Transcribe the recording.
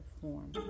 form